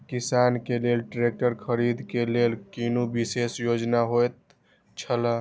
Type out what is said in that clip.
किसान के लेल ट्रैक्टर खरीदे के लेल कुनु विशेष योजना होयत छला?